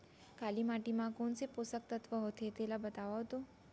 काली माटी म कोन से पोसक तत्व होथे तेला बताओ तो?